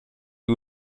des